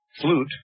flute